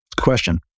Question